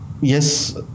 yes